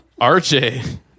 RJ